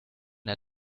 der